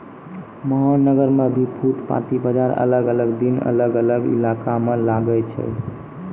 महानगर मॅ भी फुटपाती बाजार अलग अलग दिन अलग अलग इलाका मॅ लागै छै